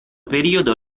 periodo